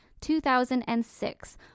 2006